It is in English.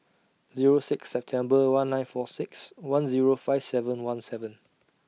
Zero six September one nine four six one Zero five seven one seven